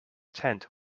tent